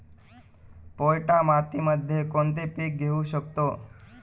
पोयटा मातीमध्ये कोणते पीक घेऊ शकतो?